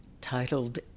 titled